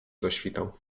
zaświtał